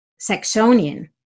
Saxonian